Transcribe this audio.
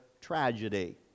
tragedy